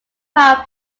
power